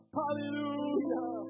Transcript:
hallelujah